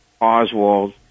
Oswald